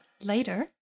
later